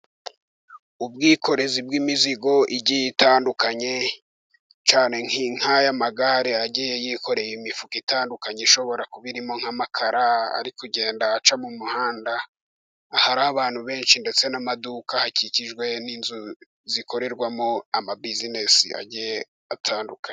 Ubwikorezi bw'imizigo igiye itandukanye, cyane nk'aya magare agiye yikoreye imifuka itandukanye ishobora kuba irimo nk'amakara, ari kugenda aca mu muhanda, hari abantu benshi ndetse n'amaduka hakikijwe n'inzu zikorerwamo amabizinesi agiye atandukanye.